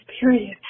period